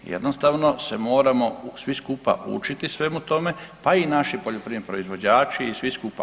Jednostavno se moramo svi skupa učiti svemu tome pa i naši poljoprivredni proizvođači i svi skupa.